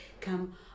come